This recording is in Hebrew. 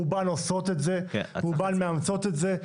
רובן עושות את זה, רובן מאמצות את זה.